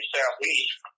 Southeast